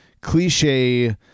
cliche